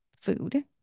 food